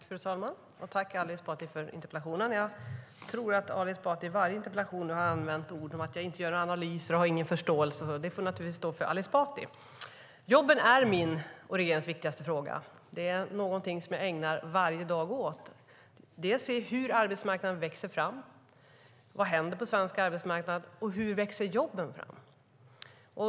Fru talman! Jag tackar Ali Esbati för interpellationen. Jag tror att Ali Esbati i varje interpellationsdebatt har ordat om att jag inte gör analyser och inte har någon förståelse. Det får naturligtvis stå för Ali Esbati. Jobben är min och regeringens viktigaste fråga. Det är något jag ägnar varje dag åt. Dels tittar jag på hur arbetsmarknaden växer fram och vad som händer på den svenska arbetsmarknaden, dels tittar jag på hur jobben växer fram.